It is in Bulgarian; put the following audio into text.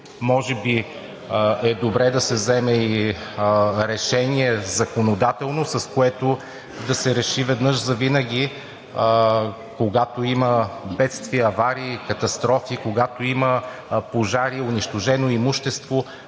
може би е добре да се вземе и законодателно решение, с което да се реши веднъж завинаги, когато има бедствия, аварии, катастрофи, когато има пожари, унищожено имущество,